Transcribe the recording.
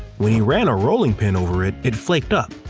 when he ran a rolling pin over it, it flaked up.